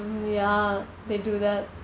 ya they do that